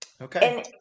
Okay